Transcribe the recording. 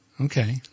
Okay